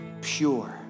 pure